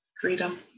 freedom